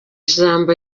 kibazo